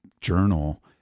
journal